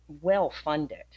well-funded